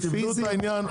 תבדקו את העניין.